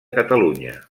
catalunya